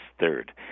third